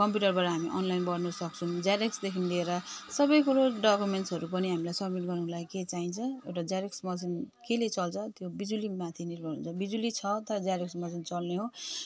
कम्प्युटरबाट हामी अनलाइन पढ्नुसक्छौँ जेरक्सदेखि लिएर सबैकुरो डक्युमेन्ट्सहरू पनि हामीलाई सब्मिट गर्नुलाई के चाहिन्छ एउटा जेरक्स मसिन केले चल्छ त्यो बिजुलीको माथि निर्भर हुन्छ बिजुली छ त जेरक्स मसिन चल्ने हो